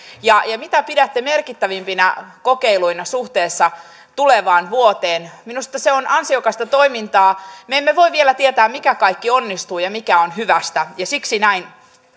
ja ja mitä pidätte merkittävimpinä kokeiluina suhteessa tulevaan vuoteen minusta se on ansiokasta toimintaa me emme voi vielä tietää mikä kaikki onnistuu ja mikä on hyvästä ja siksi näin